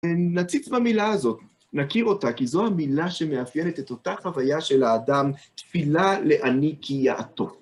נציץ במילה הזאת, נכיר אותה, כי זו המילה שמאפיינת את אותה חוויה של האדם, תפילה לאני כי יעתו.